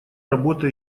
работа